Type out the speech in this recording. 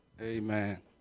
Amen